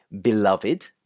beloved